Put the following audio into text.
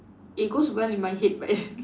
it goes well in my head but